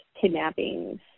kidnappings